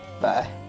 Bye